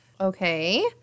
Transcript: Okay